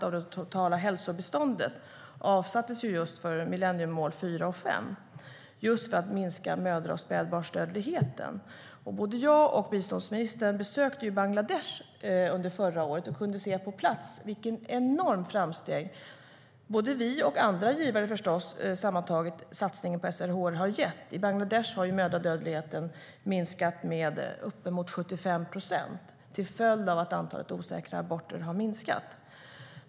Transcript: Av det totala hälsobiståndet avsattes 70 procent för millenniemål 4 och 5, som handlar om att minska mödra och spädbarnsdödligheten. Både jag och biståndsministern besökte Bangladesh under förra året och kunde se på plats vilka enorma framsteg satsningen på SRHR från oss och andra givare sammantaget har gett. I Bangladesh har mödradödligheten minskat med uppemot 75 procent till följd av att antalet osäkra aborter har minskat.